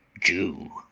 jew!